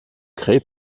créée